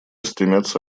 стремятся